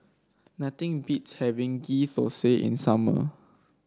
nothing beats having Ghee Thosai in summer